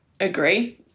Agree